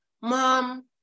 Mom